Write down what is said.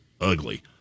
ugly